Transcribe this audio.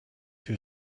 you